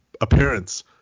appearance